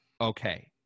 okay